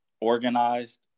organized